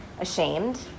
ashamed